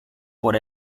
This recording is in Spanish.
por